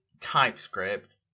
TypeScript